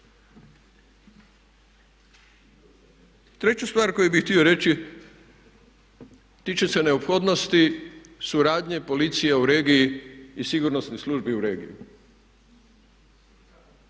Treću stvar koju bih htio reći tiče se neophodnosti suradnje policije u regiji i sigurnosnih službi u regiji.